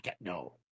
No